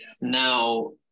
now